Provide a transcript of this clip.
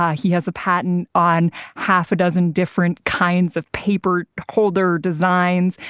yeah he has a patent on half a dozen different kinds of paper holder designs.